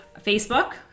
Facebook